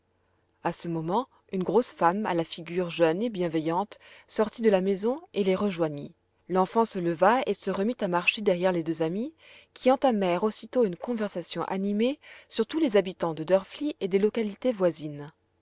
a ce moment une grosse femme à la figure jeune et bienveillante sortit de la maison et les rejoignit l'enfant se leva et se remit à marcher derrière les deux amies qui entamèrent aussitôt une conversation animée sur tous les habitants de drfli et des localités voisines